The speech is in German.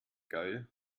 geil